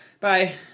Bye